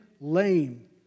lame